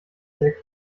sehr